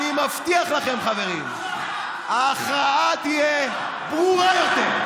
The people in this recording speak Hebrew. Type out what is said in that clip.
אני מבטיח לכם חברים: ההכרעה תהיה ברורה יותר.